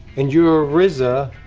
and you're rza.